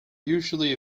usually